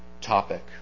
topic